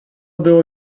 było